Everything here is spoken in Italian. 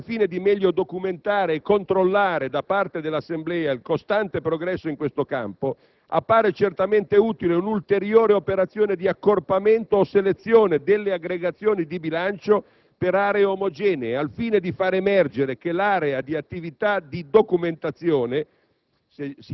Anche al fine di meglio documentare e controllare, da parte dell'Assemblea, il costante progresso in questo campo, appare certamente utile un'ulteriore operazione di accorpamento o selezione delle aggregazioni di bilancio per aree omogenee, al fine di far emergere che l'area di attività di documentazione